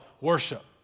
worship